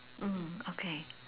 mm okay